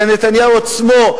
ונתניהו עצמו,